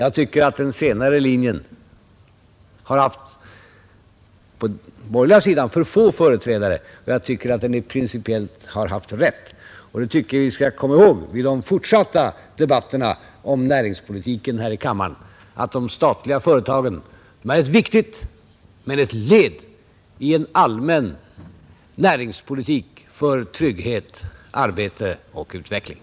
Jag tycker den senare linjen har haft för få företrädare på den borgerliga sidan eftersom den enligt min mening principiellt är riktig. Vid de fortsatta debatterna om näringspolitiken här i riksdagen tycker jag att vi skall komma ihåg att de statliga företagen är viktiga men endast ett led i en allmän